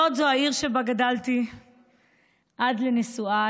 לוד זו העיר שבה גדלתי עד נישואיי.